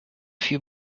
few